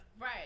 Right